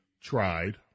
tried